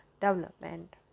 Development